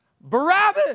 Barabbas